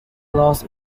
laws